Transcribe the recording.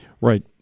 Right